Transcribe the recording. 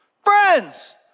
Friends